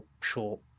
short